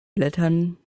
blättern